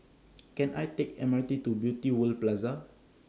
Can I Take M R T to Beauty World Plaza